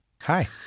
Hi